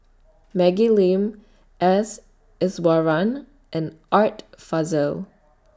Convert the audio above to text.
Maggie Lim S Iswaran and Art Fazil